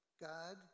God